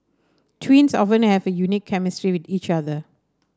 twins often have a unique chemistry with each other